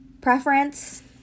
preference